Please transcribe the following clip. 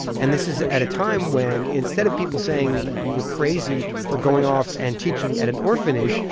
and this is at a time when, instead of people saying you were crazy for going off and teaching at an orphanage,